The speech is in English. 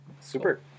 Super